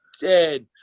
dead